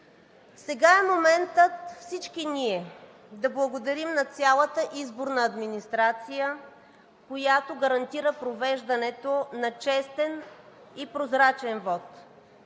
Сега е моментът всички ние да благодарим на цялата изборна администрация, която гарантира провеждането на честен и прозрачен вот.